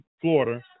Florida